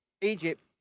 Egypt